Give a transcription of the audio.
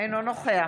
אינו נוכח